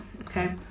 okay